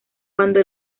cuando